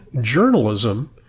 journalism